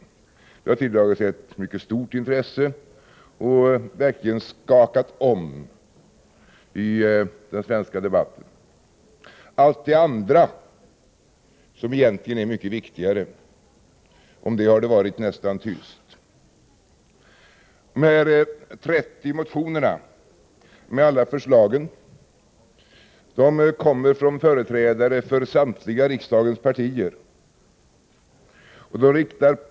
Den frågan har tilldragit sig ett mycket stort intresse och verkligen skakat om den svenska debatten. Om allt det andra, som egentligen är mycket viktigare, har det varit nästan tyst. Förslagen i de 30 motionerna kommer från företrädare för samtliga riksdagens partier.